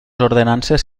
ordenances